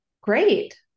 Great